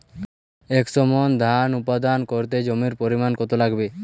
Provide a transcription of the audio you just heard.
একশো মন ধান উৎপাদন করতে জমির পরিমাণ কত লাগবে?